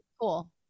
cool